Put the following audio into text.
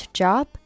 job